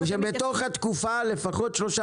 בתוך התקופה לפחות שלושה,